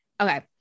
Okay